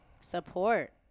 support